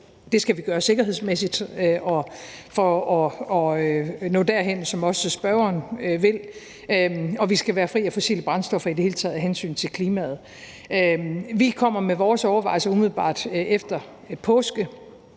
Det skal vi gøre sikkerhedsmæssigt og for at nå derhen, som også spørgeren vil. Og vi skal være fri af fossile brændstoffer i det hele taget af hensyn til klimaet. Vi kommer med vores overvejelser umiddelbart efter påske.